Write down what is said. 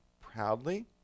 proudly